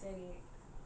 சரி:sari